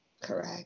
Correct